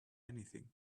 anything